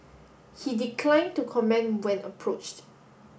he declined to comment when approached